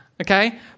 okay